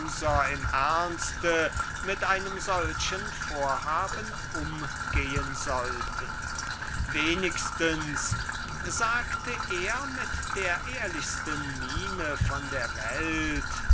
im ernste mit einem solchen vorhaben umgehen sollten wenigstens sagte er mit der ehrlichsten miene von der welt